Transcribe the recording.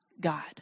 God